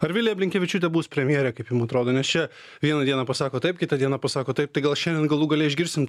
ar vilija blinkevičiūtė bus premjere kaip jum atrodo nes čia vieną dieną pasako taip kitą dieną pasako taip tai gal šiandien galų gale išgirsim tą